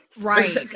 right